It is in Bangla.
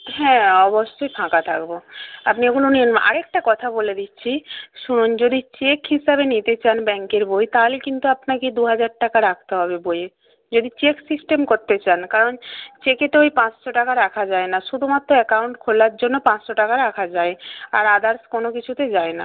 হ্যাঁ অবশ্যই ফাঁকা থাকব আপনি ওগুলো আরেকটা কথা বলে দিচ্ছি শুনুন যদি চেক হিসাবে নিতে চান ব্যাঙ্কের বই তাহলে কিন্তু আপনাকে দুহাজার টাকা রাখতে হবে বইয়ে যদি চেক সিস্টেম করতে চান কারণ চেকে তো ওই পাঁচশো টাকা রাখা যায় না শুধুমাত্র অ্যাকাউন্ট খোলার জন্য পাঁচশো টাকা রাখা যায় আর আদার্স কোনো কিছুতে যায় না